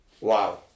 Wow